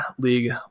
league